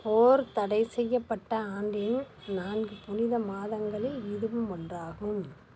போர் தடைசெய்யப்பட்ட ஆண்டின் நான்கு புனித மாதங்களில் இதுவும் ஒன்றாகும்